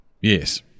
yes